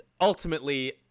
ultimately